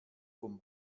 vom